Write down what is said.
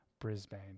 Brisbane